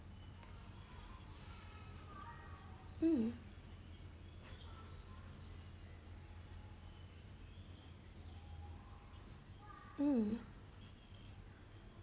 mm mm